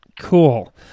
Cool